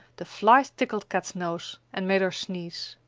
the flies tickled kat's nose and made her sneeze.